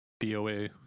DOA